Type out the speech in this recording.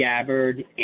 Gabbard